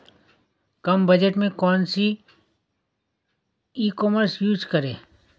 कम budget में कौन सी ई कॉमर्स यूज़ करें?